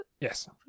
Yes